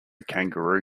kangaroo